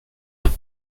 pipe